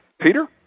Peter